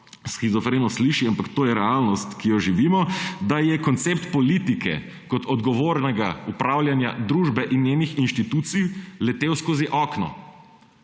shizofreno sliši, ampak to je realnost, ki jo živimo, da je koncept politike kot odgovornega upravljanja družbe in njenih inštitucij letel skozi okno.